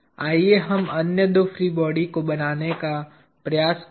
आइए हम अन्य दो फ्री बॉडी को बनाने का प्रयास करें